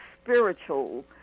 spiritual